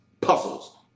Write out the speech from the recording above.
Puzzles